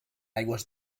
aigües